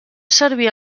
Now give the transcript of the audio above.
servir